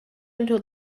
until